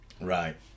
Right